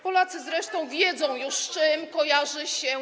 Polacy zresztą wiedzą już, z czym kojarzy się.